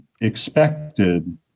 expected